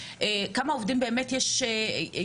כמה עובדים באמת יש בשוק,